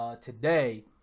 today